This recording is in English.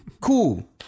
Cool